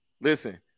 Listen